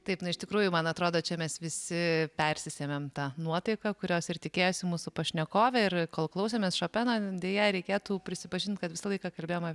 taip na iš tikrųjų man atrodo čia mes visi persisėm ta nuotaika kurios ir tikėjosi mūsų pašnekovė ir kol klausėmės šopeno deja reikėtų prisipažint kad visą laiką kalbėjom